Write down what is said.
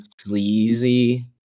sleazy